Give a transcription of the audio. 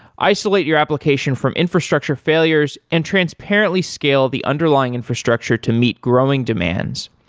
isolate your application from infrastructure failures and transparently scale the underlying infrastructure to meet growing demands,